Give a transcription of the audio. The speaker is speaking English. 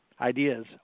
ideas